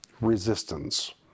resistance